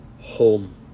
home